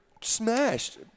smashed